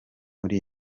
muri